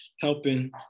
helping